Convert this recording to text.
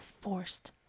forced